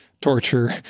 torture